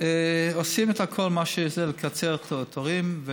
עושים את כל מה שאפשר לקצר תורים,